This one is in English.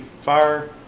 fire